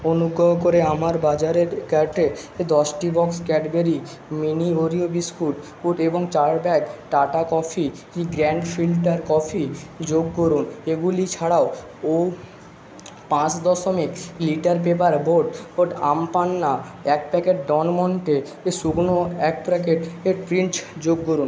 অনুগ্রহ করে আমার বাজারের কার্টে দশটি box Cadbury mini Oreo biscuit উট এবং চার ব্যাগ টাটা কফি কি গ্র্যাণ্ড ফিল্টার কফি যোগ করুন এগুলি ছাড়াও ও পাঁচ দশমিক লিটার পেপারবোট ওট আমপান্না এক প্যাকেট ডনমন্টে শুকনো এক প্যাকেট এট প্রিঞ্চ যোগ করুন